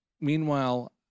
Meanwhile